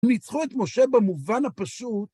ניצחו את משה במובן הפשוט.